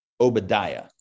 Obadiah